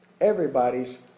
Everybody's